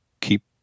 keep